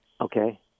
Okay